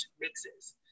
mixes